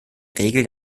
regel